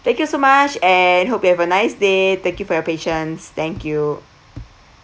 thank you so much and hope you have a nice day thank you for your patience thank you